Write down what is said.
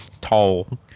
tall